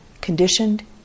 conditioned